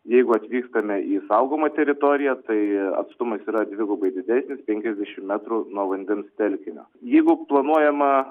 jeigu atvykstame į saugomą teritoriją tai atstumas yra dvigubai didesnis penkiasdešim metrų nuo vandens telkinio jeigu planuojama